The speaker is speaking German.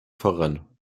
voran